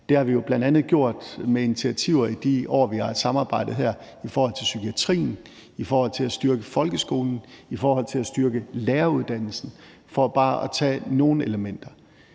Det har vi jo bl.a. gjort med initiativer i de år, vi har samarbejdet her, i forhold til psykiatrien, i forhold til at styrke folkeskolen, i forhold til at styrke læreruddannelsen – for bare at tage nogle elementer.